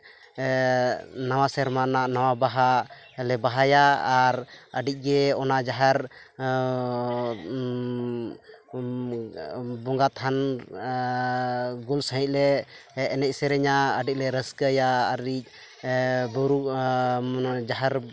ᱱᱟᱣᱟ ᱥᱮᱨᱢᱟ ᱨᱮᱱᱟᱜ ᱱᱚᱣᱟ ᱵᱟᱦᱟ ᱞᱮ ᱵᱟᱦᱟᱭᱟ ᱟᱨ ᱟᱹᱰᱤᱡ ᱜᱮ ᱚᱱᱟ ᱡᱟᱦᱮᱨ ᱵᱚᱸᱜᱟ ᱛᱷᱟᱱ ᱜᱩᱞ ᱥᱟᱺᱦᱤᱡ ᱞᱮ ᱮᱱᱮᱡ ᱥᱮᱨᱮᱧᱟ ᱟᱹᱰᱤᱞᱮ ᱨᱟᱹᱥᱠᱟᱭᱟ ᱵᱩᱨᱩ ᱢᱟᱱᱮ ᱡᱟᱦᱮᱨ